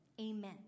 Amen